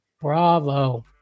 bravo